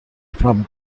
from